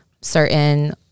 certain